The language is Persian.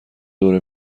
دور